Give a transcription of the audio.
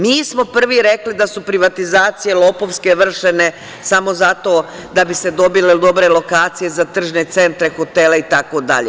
Mi smo prvi rekli da su privatizacije lopovske vršene samo zato da bi se dobile dobre lokacije za tržne centre, hotele itd.